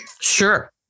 Sure